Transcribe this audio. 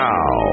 Now